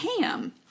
ham